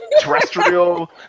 terrestrial